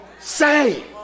say